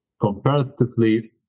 comparatively